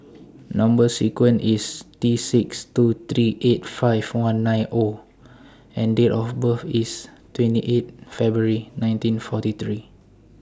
Number sequence IS T six two three eight five one nine O and Date of birth IS twenty eight February nineteen forty three